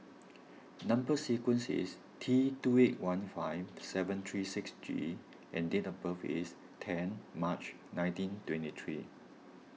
Number Sequence is T two eight one five seven three six G and date of birth is ten March nineteen twenty three